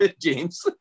james